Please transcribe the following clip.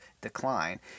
Decline